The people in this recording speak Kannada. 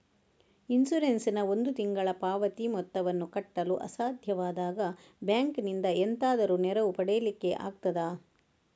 ಇನ್ಸೂರೆನ್ಸ್ ನ ಒಂದು ತಿಂಗಳ ಪಾವತಿ ಮೊತ್ತವನ್ನು ಕಟ್ಟಲು ಅಸಾಧ್ಯವಾದಾಗ ಬ್ಯಾಂಕಿನಿಂದ ಎಂತಾದರೂ ನೆರವು ಪಡಿಲಿಕ್ಕೆ ಆಗ್ತದಾ?